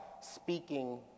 speaking